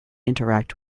interact